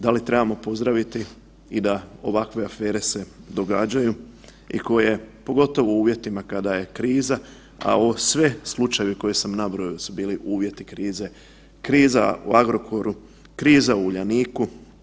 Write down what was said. Da li trebamo pozdraviti i da ovakve afere se događaju i koje, pogotovo u uvjetima kada je kriza, a ovo sve slučajevi koje sam nabrojao su bili uvjeti krize, kriza u Agrokoru, kriza u Uljaniku?